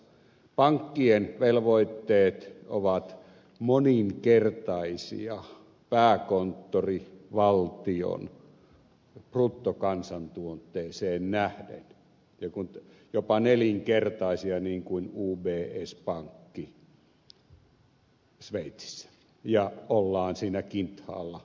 pankkien velvoitteet ovat moninkertaisia pääkonttorivaltion bruttokansantuotteeseen nähden jopa nelinkertaisia niin kuin ubs pankin sveitsissä ja ollaan siinä kinthaalla mitenkä käy